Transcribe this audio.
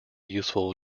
useful